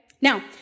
Now